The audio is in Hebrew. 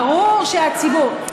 ברור שהציבור.